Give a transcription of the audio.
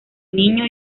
niño